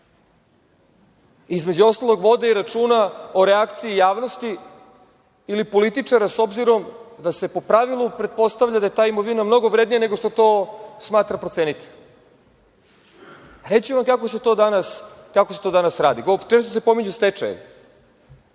između ostalog vode i računa o reakciji javnosti ili političara, s obzirom, da se po pravilu pretpostavlja da ta imovina je mnogo vrednija nego što to smatra procenitelj. Reći ću vam kako se to danas radi. Često se pominju stečajevi.